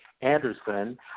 Anderson